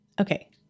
Okay